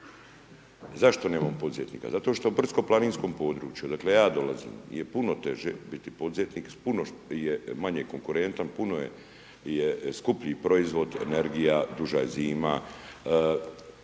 Zašto nemamo poduzetnika? Zato što brdsko-planinskom području, odakle ja dolazim, je puno teže biti poduzetnik, s puno je manje konkurentan, puno je skuplji proizvod, energija, duža je zima,